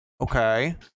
Okay